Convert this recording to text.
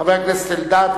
חבר הכנסת אלדד,